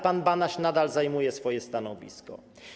Pan Banaś nadal zajmuje swoje stanowisko.